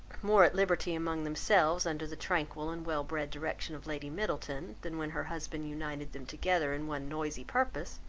more at liberty among themselves under the tranquil and well-bred direction of lady middleton than when her husband united them together in one noisy purpose,